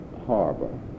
Harbor